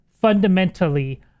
fundamentally